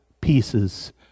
pieces